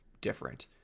different